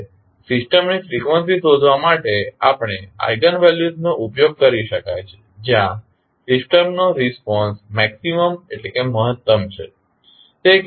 હવે સિસ્ટમની ફ્રીક્વન્સી શોધવા માટે પણ આઇગન વેલ્યુસનો ઉપયોગ કરી શકાય છે જ્યાં સિસ્ટમનો રિસ્પોન્સ મહત્તમ છે